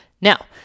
Now